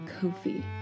Ko-fi